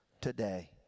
today